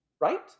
Right